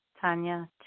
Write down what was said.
Tanya